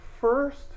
first